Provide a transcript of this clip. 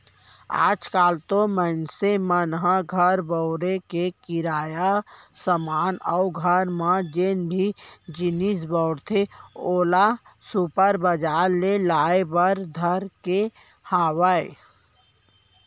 आज काल तो मनसे मन ह घर बउरे के किराना समान अउ घर म जेन भी जिनिस बउरथे ओला सुपर बजार ले लाय बर धर ले हावय